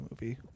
movie